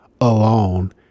alone